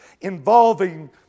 involving